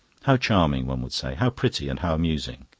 how charming! one would say how pretty and how amusing!